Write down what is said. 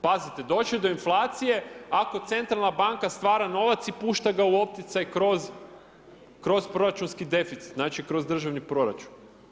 Pazite, doći do inflacije ako centralna banka stvar novac i pušta ga u opticaj kroz proračunski deficit, znači kroz državni proračun.